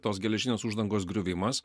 tos geležinės uždangos griuvimas